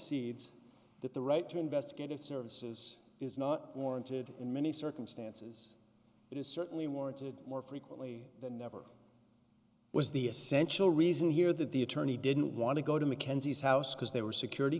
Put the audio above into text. concedes that the right to investigative services is not warranted in many circumstances it is certainly warranted more frequently than never was the essential reason here that the attorney didn't want to go to mackenzie's house because they were security